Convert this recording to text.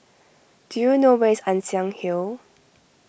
do you know where is Ann Siang Hill